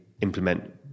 implement